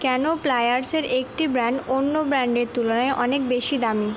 কেন প্লায়ার্সের একটি ব্র্যান্ড অন্য ব্র্যান্ডের তুলনায় অনেক বেশি দামি